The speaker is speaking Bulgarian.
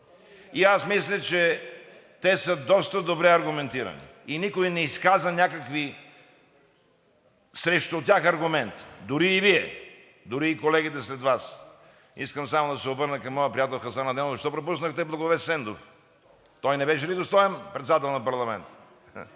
И аз мисля, че те са доста добре аргументирани и никой не изказа някакви срещу тях аргументи. Дори и Вие! Дори и колегите след Вас. Искам само да се обърна към моя приятел Хасан Адемов: защо пропуснахте Благовест Сендов? Той не беше ли достоен председател на парламента?